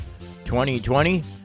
2020